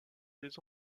des